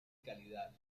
calidad